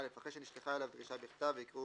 (א)אחרי "שנשלחה אליו דרישה בכתב" יקראו